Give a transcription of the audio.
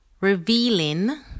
revealing